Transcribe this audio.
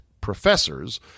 professors